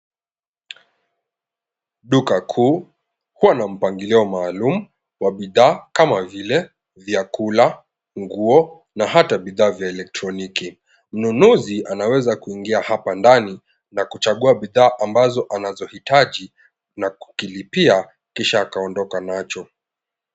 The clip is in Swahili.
Duka kuu huwa na mpangilio maalum wa bidhaa kama vile vyakula, nguo na hata bidhaa vya elektroniki. Mnunuzi anaweza kuingia hapa ndani na kuchagua bidhaa ambazo anazohitaji na kukilipia kisha akaondoka nacho.